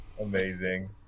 amazing